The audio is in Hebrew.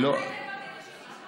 שתשמע אותי.